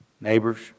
Neighbors